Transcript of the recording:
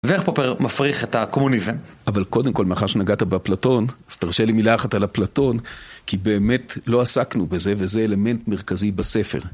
ואיך פופר מפריך את הקומוניזם? אבל קודם כל מאחר שנגעת באפלטון, אז תרשה לי מילה אחת על אפלטון, כי באמת לא עסקנו בזה, וזה אלמנט מרכזי בספר.